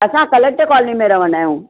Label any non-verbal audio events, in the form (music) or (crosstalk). असां (unintelligible) कॉलोनीअ में रहंदा आहियूं